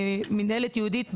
מינהלת ייעודית,